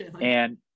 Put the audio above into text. And-